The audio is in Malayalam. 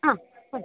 ആ ആ